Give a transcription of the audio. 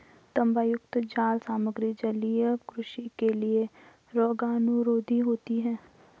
तांबायुक्त जाल सामग्री जलीय कृषि के लिए रोगाणुरोधी होते हैं